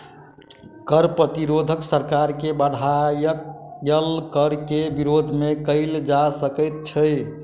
कर प्रतिरोध सरकार के बढ़ायल कर के विरोध मे कयल जा सकैत छै